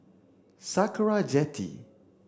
Sakra Jetty